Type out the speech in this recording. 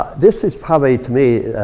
this is probably to me,